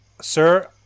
Sir